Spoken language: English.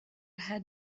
had